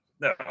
no